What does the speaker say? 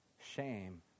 shame